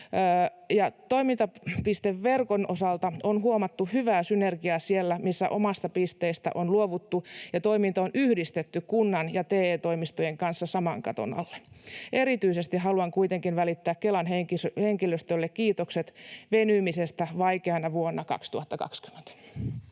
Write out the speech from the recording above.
Toimintapisteverkon osalta on huomattu hyvää synergiaa siellä, missä omasta pisteestä on luovuttu ja toiminta on yhdistetty kunnan ja TE-toimistojen kanssa saman katon alle. Erityisesti haluan kuitenkin välittää Kelan henkilöstölle kiitokset venymisestä vaikeana vuonna 2020.